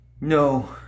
no